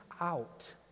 out